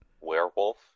Werewolf